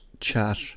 chat